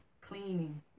cleaning